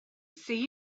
see